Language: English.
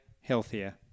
healthier